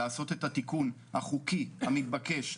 לעשות את התיקון החוקי המתבקש,